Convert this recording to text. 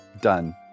done